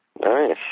Nice